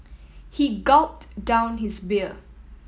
he gulped down his beer